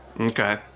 Okay